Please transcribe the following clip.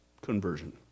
conversion